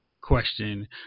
question